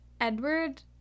Edward